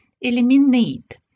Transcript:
eliminate